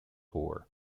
corps